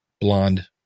blonde